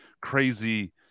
crazy